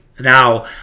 Now